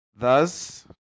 Thus